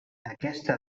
aquesta